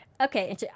Okay